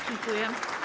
Dziękuję.